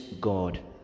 God